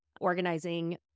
organizing